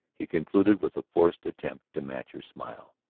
he concluded with a forced attempt to match her smile.